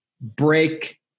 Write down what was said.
break